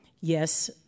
Yes